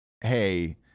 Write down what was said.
hey